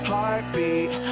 Heartbeat